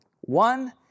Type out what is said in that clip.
One